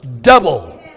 double